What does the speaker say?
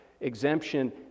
exemption